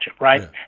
right